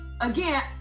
again